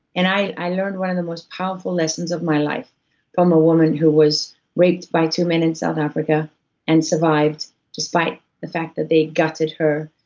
and i learned one of the most powerful lessons of my life from a woman who was raped by two men in south africa and survived despite the fact that they gutted her,